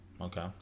okay